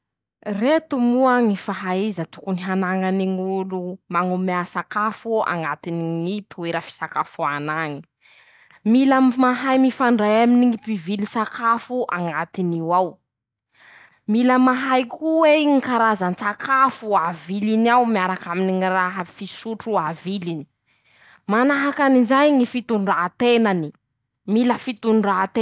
Reto moa ñy fahaiza tokony hanañany ñ'olo mañomea sakafo añatiny ñy toera fisakafoana añy ;mila mahay mifandray aminy ñy mpivily sakafo añatiny io ao ;mila mahay ko'ey ñy karazan-tsakafo aviliny ao miarakaminy ñy raha fisotro aviliny ;manahaky anizay ñy fitondran-tenany. mila fitondran-tena.